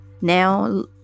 now